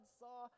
saw